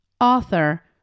author